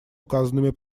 указанными